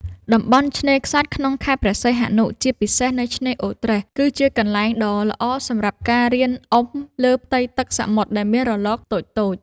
តំបន់ឆ្នេរខ្សាច់ក្នុងខេត្តព្រះសីហនុ ជាពិសេសនៅឆ្នេរអូរត្រេះ គឺជាកន្លែងដ៏ល្អសម្រាប់ការរៀនអុំលើផ្ទៃទឹកសមុទ្រដែលមានរលកតូចៗ។